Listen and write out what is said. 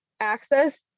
access